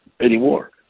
anymore